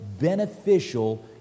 beneficial